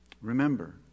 Remember